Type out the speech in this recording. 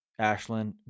Ashlyn